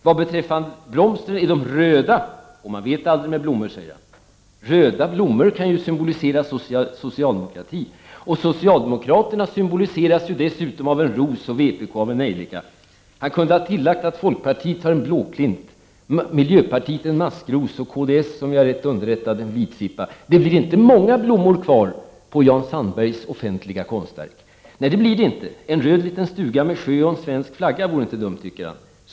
Vad beträffar blomstren är de röda och man vet aldrig med blommor. Röda blommor kan ju symbolisera socialdemokratin. Socialdemokraterna symboliseras ju dessutom av en ros och vpk av en nejlika. Jan Sandberg kunde ha tillagt att folkpartiet har en blåklint, miljöpartiet en maskros och kds — om jag är riktigt underrättad — en vitsippa. Det blir inte många blommor kvar på Jan Sandbergs offentliga konstverk. En röd liten stuga med sjö och en svensk flagga vore inte dumt, tycker han.